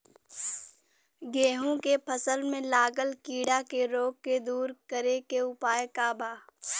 गेहूँ के फसल में लागल कीड़ा के रोग के दूर करे के उपाय का बा?